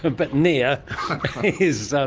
ah but near is